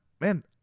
man